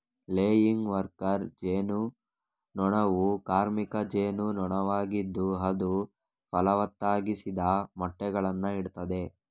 laying worker ಜೇನು ನೊಣವು ಕಾರ್ಮಿಕ ಜೇನು ನೊಣವಾಗಿದ್ದು ಅದು ಫಲವತ್ತಾಗಿಸದ ಮೊಟ್ಟೆಗಳನ್ನ ಇಡ್ತದೆ